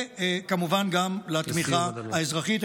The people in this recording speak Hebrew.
וכמובן גם לתמיכה האזרחית,